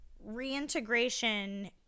reintegration